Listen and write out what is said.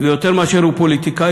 ויותר מאשר הוא פוליטיקאי,